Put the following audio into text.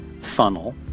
funnel